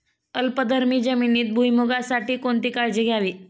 आम्लधर्मी जमिनीत भुईमूगासाठी कोणती काळजी घ्यावी?